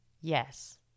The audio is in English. Yes